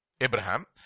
Abraham